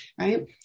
right